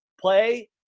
Play